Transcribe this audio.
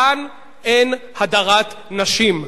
כאן אין הדרת נשים.